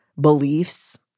beliefs